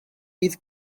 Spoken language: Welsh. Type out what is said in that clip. bydd